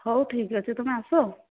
ହଉ ଠିକ ଅଛି ତୁମେ ଆସ